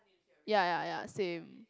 ya ya ya same